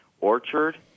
orchard